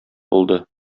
булды